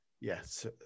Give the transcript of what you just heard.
Yes